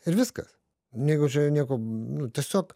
ir viskas nejaučia nieko nu tiesiog